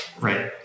Right